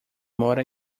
mora